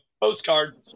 postcard